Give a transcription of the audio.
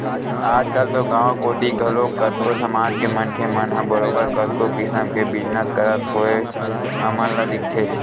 आजकल तो गाँव कोती घलो कतको समाज के मनखे मन ह बरोबर कतको किसम के बिजनस करत होय हमन ल दिखथे